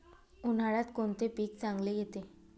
उन्हाळ्यात कोणते पीक चांगले येते?